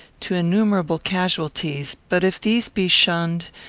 to innumerable casualties but, if these be shunned,